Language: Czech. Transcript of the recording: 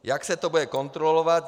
Jak se to bude kontrolovat?